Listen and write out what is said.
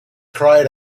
cried